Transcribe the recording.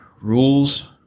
rules